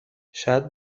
شاید